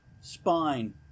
spine